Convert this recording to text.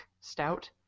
Stout